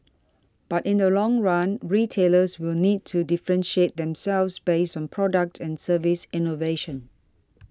but in the long run retailers will need to differentiate themselves based on product and service innovation